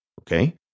Okay